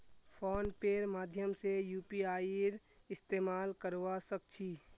phone पेर माध्यम से यूपीआईर इस्तेमाल करवा सक छी